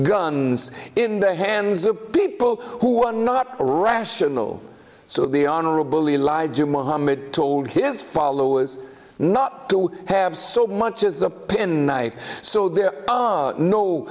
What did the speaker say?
guns in the hands of people who are not rational so the honorable elijah muhammad told his followers not to have so much as a pin knife so there are no